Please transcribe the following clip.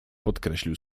podkreślił